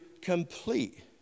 complete